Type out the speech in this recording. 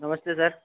नमस्ते सर